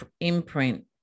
imprint